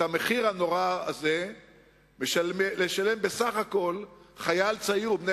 את המחיר הנורא הזה משלמים חייל צעיר ובני